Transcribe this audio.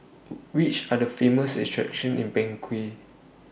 Which Are The Famous attractions in Bangui